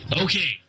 okay